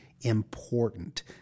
important